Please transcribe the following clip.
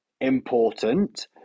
important